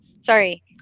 sorry